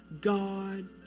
God